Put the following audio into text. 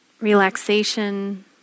relaxation